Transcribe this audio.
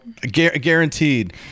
guaranteed